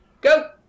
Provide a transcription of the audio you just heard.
go